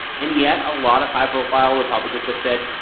and yet, a lot of high-profile republicans have said,